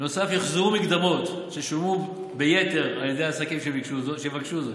יוחזרו מקדמות ששולמו ביתר על ידי העסקים שיבקשו זאת.